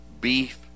beef